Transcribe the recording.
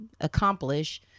accomplish